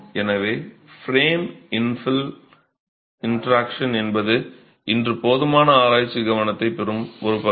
எனவே frame infill interaction என்பது இன்று போதுமான ஆராய்ச்சிக் கவனத்தைப் பெறும் ஒரு பகுதி